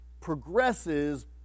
progresses